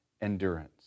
endurance